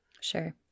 Sure